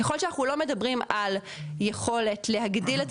ככול שאנחנו לא מדברים על יכולת להגדיל את